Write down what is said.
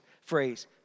phrase